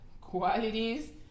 qualities